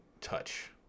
touch